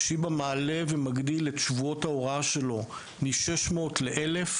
"שיבא" מעלה ומגדיל את שבועות ההוראה שלו מ-600 ל-1,000